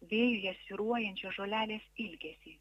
vėjyje siūruojančios žolelės ilgesį